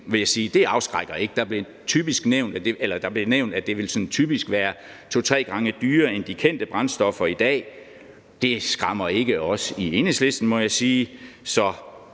sige, afskrækker ikke. Det blev nævnt, at det sådan typisk ville være to-tre gange dyrere end de kendte brændstoffer i dag. Det skræmmer ikke os i Enhedslisten,